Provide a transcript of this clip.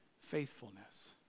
faithfulness